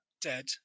Dead